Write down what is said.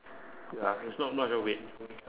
ya it's not much of weight